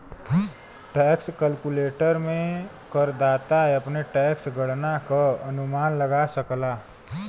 tax calculator में करदाता अपने टैक्स गणना क अनुमान लगा सकला